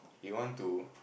you want to